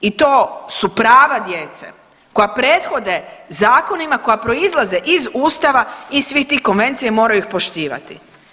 I to su prava djeca koja prethodne zakonima koja proizlaze iz Ustava i svih tih konvencija i moraju ih poštivati.